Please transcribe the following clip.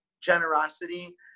generosity